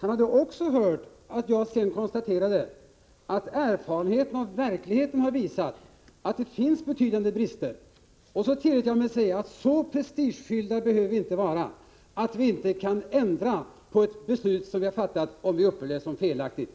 Han skulle också ha hört att jag sedan konstaterade att erfarenheten av verkligheten har visat att det finns betydande brister. Dessutom tillät jag mig säga att vi inte behöver vara så prestigefyllda att vi inte kan ändra på ett beslut som vi upplever som felaktigt.